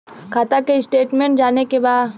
खाता के स्टेटमेंट जाने के बा?